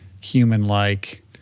human-like